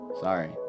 sorry